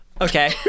Okay